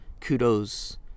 kudos